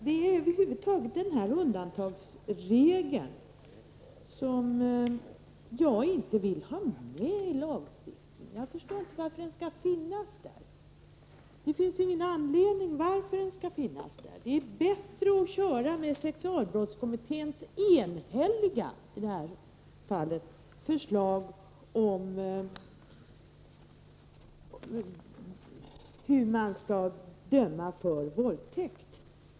Det är över huvud taget den här undantagsregeln som jag inte vill ha med i lagstiftningen. Jag förstår inte varför den skall finnas där — det finns ingen anledning. Det är bättre att ansluta sig till sexualbrottskommitténs enhälliga — i det här fallet — förslag om hur man skall döma för våldtäkt.